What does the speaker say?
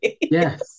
Yes